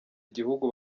igihugu